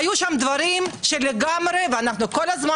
היו שם דברים שלגמרי ואנחנו כל הזמן